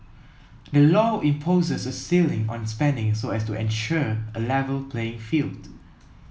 the law imposes a ceiling on spending so as to ensure a level playing field